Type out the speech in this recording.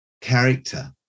character